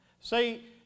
See